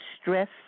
stress